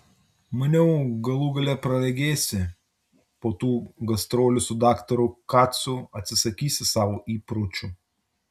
maniau galų gale praregėsi po tų gastrolių su daktaru kacu atsisakysi savo įpročių